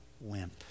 wimp